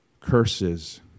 curses